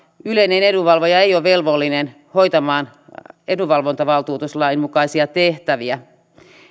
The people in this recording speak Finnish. yleinen edunvalvoja ei ole velvollinen hoitamaan edunvalvontavaltuutuslain mukaisia tehtäviä